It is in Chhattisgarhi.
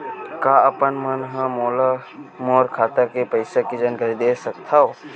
का आप मन ह मोला मोर खाता के पईसा के जानकारी दे सकथव?